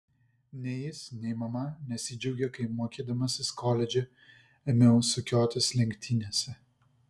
nei jis nei mama nesidžiaugė kai mokydamasis koledže ėmiau sukiotis lenktynėse